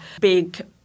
big